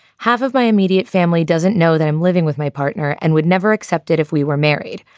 half of my immediate family doesn't know that i'm living with my partner and would never accept it if we were married.